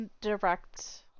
direct